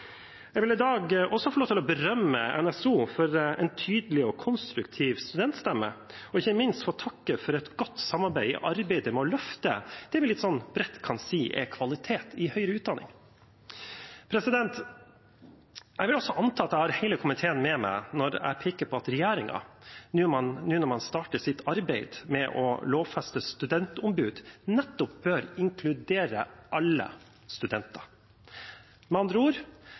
Jeg vil i dag også få lov til å berømme Norsk studentorganisasjon, NSO, for en tydelig og konstruktiv studentstemme, og ikke minst få takke for et godt samarbeid i arbeidet med å løfte det vi litt bredt kan si er kvalitet i høyere utdanning. Jeg vil anta at jeg har hele komiteen med meg når jeg peker på at regjeringen, nå når de starter sitt arbeid med å lovfeste studentombud, nettopp bør inkludere alle studenter, med andre ord